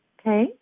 Okay